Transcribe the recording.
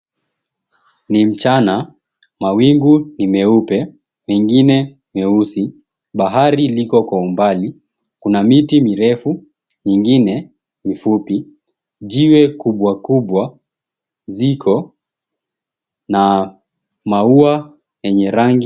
Ni mchana. Mawingu ni meupe, mengine meusi. Bahari liko kwa umbali. Kuna miti mirefu, ingine mifupi. Jiwe kubwakubwa ziko na maua yenye rangi...